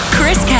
Chris